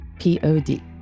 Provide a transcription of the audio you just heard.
p-o-d